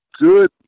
good